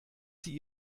sie